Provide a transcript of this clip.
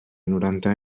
noranta